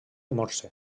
morse